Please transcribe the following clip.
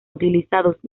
utilizados